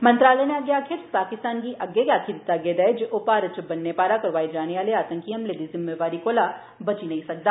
मंत्रालय नै अग्गे आक्खेआ जे पाकिस्तान गी अग्गे गै आक्खी दित्ता गेदा ऐ जे ओह् भारत च ब'न्ने पारा करोआए जाने आले आतंकी हमलें दी जुम्मेवारी कोला बची नेईं सकदा